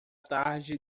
tarde